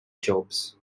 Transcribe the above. jobs